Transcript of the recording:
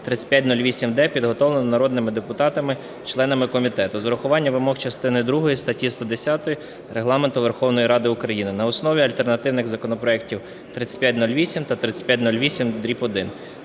3508-д підготовлений народними депутатами членами комітету з урахування вимог частини другої статті 110 Регламенту Верховної Ради України на основі альтернативних законопроектів 3508 та 3508-1